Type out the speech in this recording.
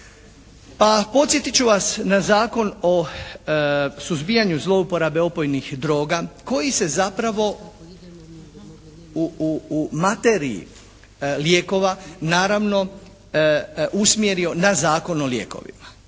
Pa podsjetit ću vas na Zakon o suzbijanju zlouporabe opojnih droga koji se zapravo u materiji lijekova naravno usmjerio na Zakon o lijekovima.